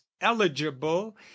eligible